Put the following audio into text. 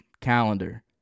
calendar